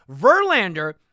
Verlander